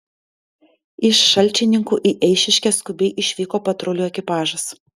iš šalčininkų į eišiškes skubiai išvyko patrulių ekipažas